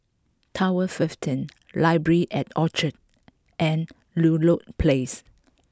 Tower fifteen Library at Orchard and Ludlow Place